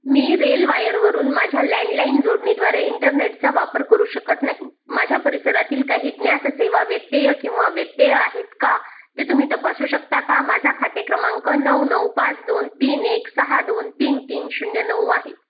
मी रेलवायरवरून माझ्या लँडलाईन जोडणीद्वारे इंटरनेटचा वापर करू शकत नाही माझ्या परिसरातील काही ज्ञातसेवा व्यत्यय किंवा व्यत्यय आहेत का ते तुम्ही तपासू शकता का माझा खाते क्रमांक नऊ नऊ पाच दोन तीन एक सहा दोन तीन तीन शून्य नऊ आहे